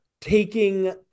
taking